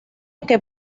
que